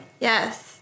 Yes